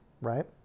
right